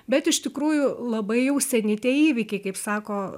bet iš tikrųjų labai jau seni tie įvykiai kaip sako